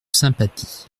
sympathie